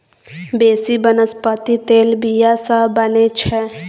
बेसी बनस्पति तेल बीया सँ बनै छै